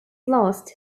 lost